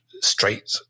straight